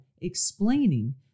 explaining